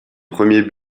premier